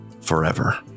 forever